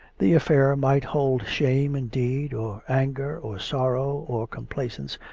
the affair might hold shame, indeed, or anger, or sorrow, or complacence,